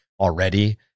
already